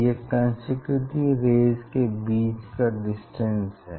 यह consecutive rays के बीच का डिस्टेंस है